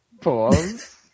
Pause